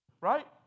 Right